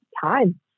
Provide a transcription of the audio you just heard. time